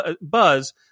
Buzz